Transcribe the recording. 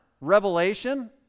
revelation